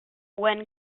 when